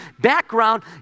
background